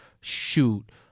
shoot